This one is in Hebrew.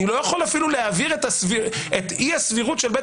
אני לא יכול אפילו להעביר את אי-הסבירות של בית